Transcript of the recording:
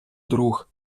друг